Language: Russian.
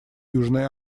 южной